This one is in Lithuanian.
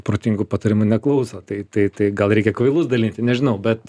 protingų patarimų neklauso tai tai tai gal reikia kvailus dalinti nežinau bet